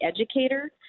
educator